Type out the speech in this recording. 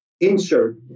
insert